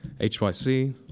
HYC